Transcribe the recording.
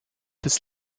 des